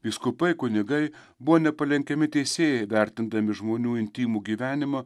vyskupai kunigai buvo nepalenkiami teisėjai vertindami žmonių intymų gyvenimą